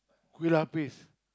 Kueh-lapis